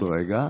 עוד רגע.